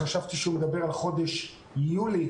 חשבתי שהוא דיבר על חודש יולי.